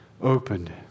opened